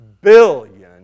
billion